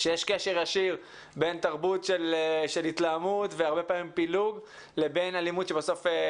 אין באמת שיח בכלל של אלימות בתוך בתי